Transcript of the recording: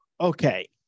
Okay